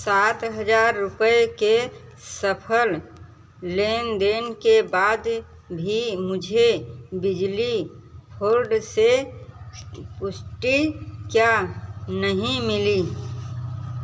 सात हज़ार रुपये के सफ़र लेनदेन के बाद भी मुझे बिजली बोर्ड से पुष्टि क्यों नहीं मिली